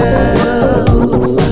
else